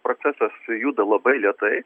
procesas juda labai lėtai